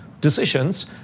decisions